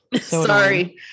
Sorry